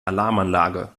alarmanlage